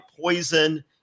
Poison